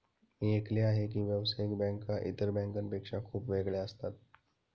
मी ऐकले आहे की व्यावसायिक बँका इतर बँकांपेक्षा खूप वेगळ्या असतात